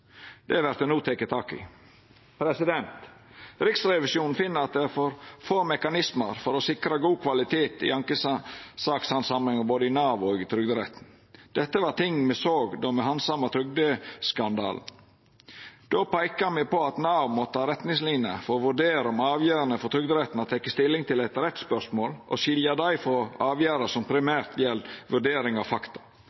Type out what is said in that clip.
Det vert det no teke tak i. Riksrevisjonen finn at det er for få mekanismar for å sikra god kvalitet i ankesakshandsaminga både i Nav og i Trygderetten. Dette var ting me såg då me handsama trygdeskandalen. Då peika me på at Nav måtte ha retningsliner for å vurdera om avgjerdene frå Trygderetten har teke stilling til eit rettsspørsmål, og skilja dei frå avgjerder som primært gjeld vurdering av fakta. Tilrådinga frå Riksrevisjonen i denne rapporten er å